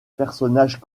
personnages